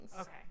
okay